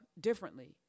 differently